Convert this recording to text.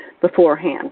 beforehand